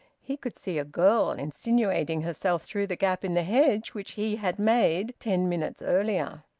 he could see a girl insinuating herself through the gap in the hedge which he had made ten minutes earlier.